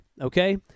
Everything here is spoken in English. Okay